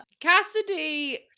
Cassidy